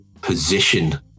position